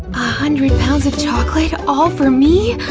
hundred pounds of chocolate all for me?